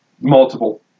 multiple